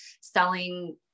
selling